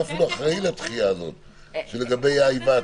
אתה אפילו אחראי לדחייה הזו לגבי היוועצות.